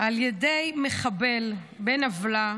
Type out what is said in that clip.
על ידי מחבל בן עוולה,